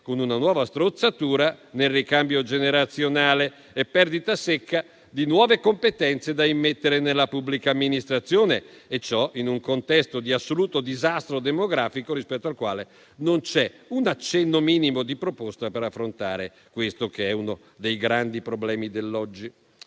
con una nuova strozzatura nel ricambio generazionale e una perdita secca di nuove competenze da immettere nella pubblica amministrazione. Questo avviene in un contesto di assoluto disastro demografico, su cui non vi è un minimo accenno di proposta per affrontare questo che è uno dei grandi problemi dell'oggi.